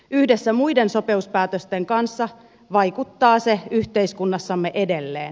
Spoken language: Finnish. yhdessä muiden sopeutuspäätösten kanssa se vaikuttaa yhteiskunnassamme edelleen